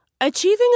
Achieving